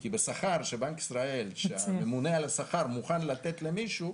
כי בשכר שבנק ישראל שהממונה על השכר מוכן לתת למישהו,